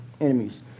enemies